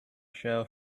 shell